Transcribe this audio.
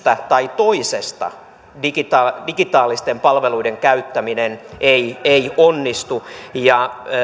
tai toisesta digitaalisten palveluiden käyttäminen ei ei onnistu